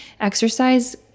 exercise